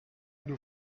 nous